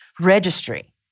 registry